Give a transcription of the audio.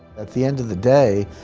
at the end of the day,